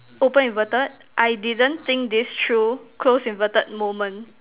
open inverted I didn't think this through close inverted moment